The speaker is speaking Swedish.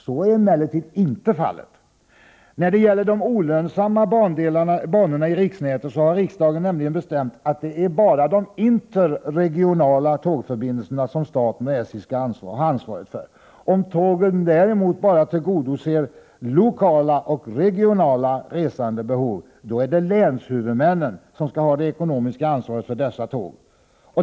Så är emellertid inte fallet. När det gäller de olönsamma banorna i riksnätet har riksdagen nämligen bestämt att det är bara de interregionala tågförbindelserna som staten och SJ skall ha ansvaret för. Om tågen däremot bara tillgodoser lokala och regionala resandebehov, är det länshuvudmännen som skall ha det ekonomiska ansvaret för dessa tåg.